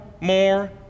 more